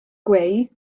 gweu